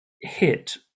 hit